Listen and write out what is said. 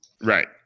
Right